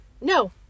No